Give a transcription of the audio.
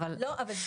נו אבל.